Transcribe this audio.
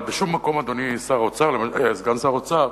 אבל בשום מקום, אדוני סגן שר האוצר,